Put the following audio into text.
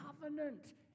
covenant